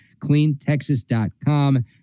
cleantexas.com